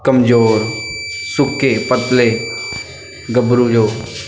ਕਮਜ਼ੋਰ ਸੁੱਕੇ ਪਤਲੇ ਗੱਭਰੂ ਜੋ